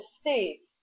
States